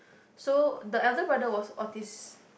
so the elder brother was autist